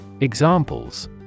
Examples